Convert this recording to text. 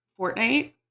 Fortnite